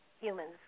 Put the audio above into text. Humans